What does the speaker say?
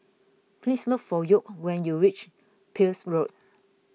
please look for York when you reach Peirce Road